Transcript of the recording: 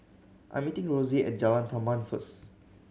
I'm meeting Rossie at Jalan Tamban first